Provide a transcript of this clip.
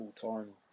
full-time